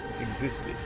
existed